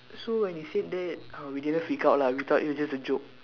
so when he said that uh we didn't figure out lah we thought it was just a joke